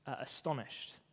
astonished